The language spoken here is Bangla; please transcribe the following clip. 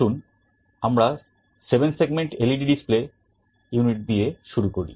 আসুন আমরা 7 সেগমেন্ট এলইডি ডিসপ্লে ইউনিট দিয়ে শুরু করি